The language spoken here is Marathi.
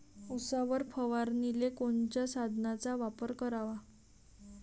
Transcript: उसावर फवारनीले कोनच्या साधनाचा वापर कराव?